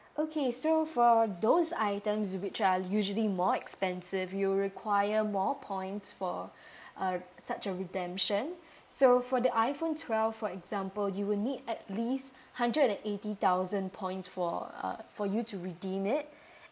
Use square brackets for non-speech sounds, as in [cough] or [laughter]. okay so for those items which are usually more expensive you'll require more points for [breath] uh such a redemption so for the iphone twelve for example you will need at least hundred and eighty thousand points for uh for you to redeem it [breath]